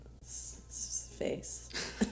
face